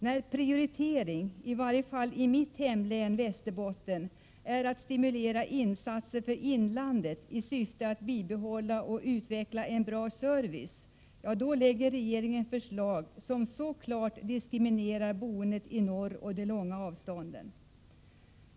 När prioriteringen — i varje fall i mitt hemlän Västerbotten — är att stimulera insatser för inlandet i syfte att bibehålla och utveckla en bra service, då lägger regeringen fram förslag som så klart diskriminerar boendet i norr och de långa avstånden.